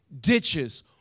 ditches